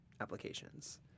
applications